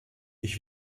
ich